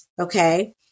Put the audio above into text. okay